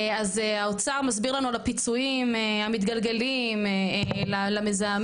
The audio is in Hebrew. אז האוצר מסביר לנו על הפיצויים המתגלגלים למזהמים,